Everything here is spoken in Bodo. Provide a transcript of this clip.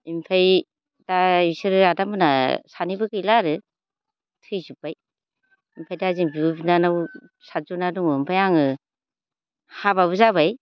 ओमफाय दा इसोरो आदामोना सानैबो गैला आरो थैजोबबाय ओमफाय दा जों बिब' बिनानाव सातजना दङ ओमफाय आङो हाबाबो जाबाय